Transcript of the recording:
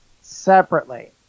separately